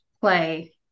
play